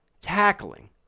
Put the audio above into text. tackling